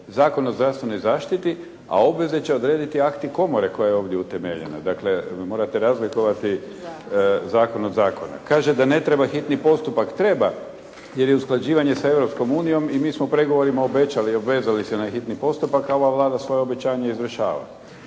Zakon o zdravstvenoj zaštiti, a obveze će odrediti akti komore koja je ovdje utemeljena. Dakle, morate razlikovati zakon od zakona. Kaže da ne treba hitni postupak. Treba, jer je usklađivanje sa Europskom unijom i mi smo pregovorima obećali, obvezali na hitni postupak, a ova Vlada svoja obećanja izvršava.